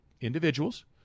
individuals